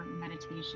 meditation